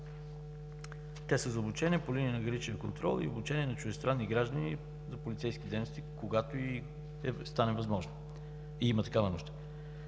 Те са за обучение по линия на граничен контрол и обучение на чуждестранни граждани за полицейски дейности, когато стане възможно и има такава нужда.